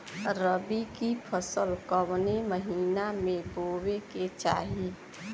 रबी की फसल कौने महिना में बोवे के चाही?